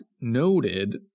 noted